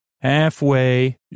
halfway